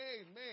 amen